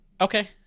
Okay